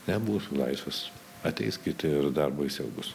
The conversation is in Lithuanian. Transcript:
nebūsiu laisvas ateis kiti ir dar baisiau bus